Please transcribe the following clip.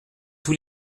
tous